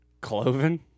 Cloven